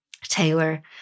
Taylor